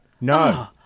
no